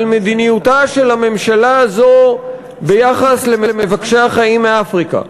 מדיניותה של הממשלה הזאת ביחס למבקשי החיים מאפריקה,